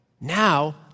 Now